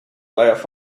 laugh